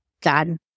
God